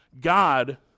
God